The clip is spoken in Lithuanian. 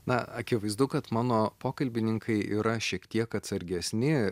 na akivaizdu kad mano pokalbininkai yra šiek tiek atsargesni